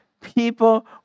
People